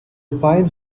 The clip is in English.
fine